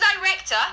Director